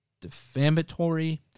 defamatory